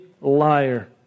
liar